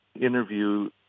interview